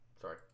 Sorry